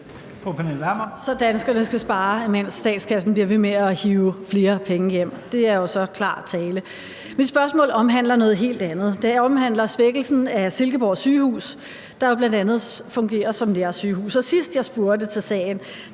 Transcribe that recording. Så danskerne skal spare, imens statskassen bliver ved med at hive flere penge hjem? Det er jo så klar tale. Mit spørgsmål omhandler noget helt andet, nemlig svækkelsen af Silkeborg Sygehus, der jo bl.a. fungerer som nærsygehus, og sidst jeg spurgte til sagen,